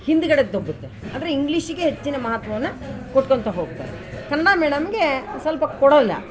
ಹಿಂದುಗಡೆ ದಬ್ಬುತ್ತೆ ಅಂದರೆ ಇಂಗ್ಲೀಷಿಗೆ ಹೆಚ್ಚಿನ ಮಹತ್ವವನ್ನು ಕೊಟ್ಕೋಂತ ಹೋಗ್ತಾರೆ ಕನ್ನಡ ಮೀಡಿಯಮ್ಗೆ ಸ್ವಲ್ಪ ಕೊಡೋಲ್ಲ